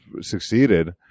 succeeded